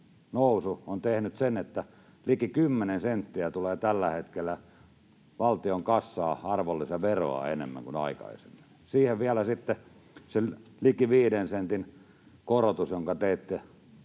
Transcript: nousu on tehnyt sen, että liki 10 senttiä tulee tällä hetkellä valtion kassaan arvonlisäveroa enemmän kuin aikaisemmin. Siihen vielä sitten se liki 5 sentin korotus, jonka teitte